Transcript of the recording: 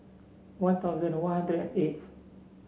One Thousand One Hundred and eighth